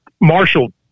Marshall